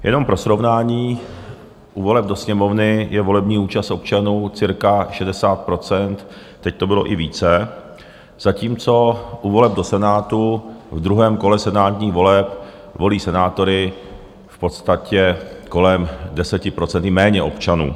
Jenom pro srovnání, u voleb do Sněmovny je volební účast občanů cca 60 %, teď to bylo i více, zatímco u voleb do Senátu ve druhém kole senátních voleb volí senátory v podstatě kolem 10 % i méně občanů.